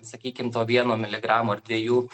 sakykim to vieno miligramo ar dviejų